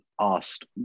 asked